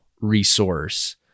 resource